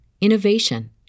innovation